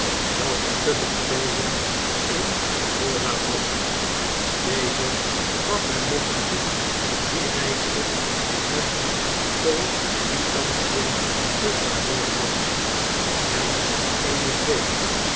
welke stukken fagin in voorraad had deze gaf hem nog een hoed die rijkelijk met tol quitantiën gegarneerd was en eene zweep